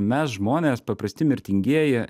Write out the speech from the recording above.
mes žmonės paprasti mirtingieji